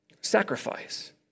sacrifice